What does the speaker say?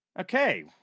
Okay